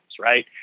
Right